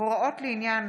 הוראות לעניין